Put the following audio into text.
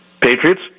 Patriots